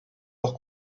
leur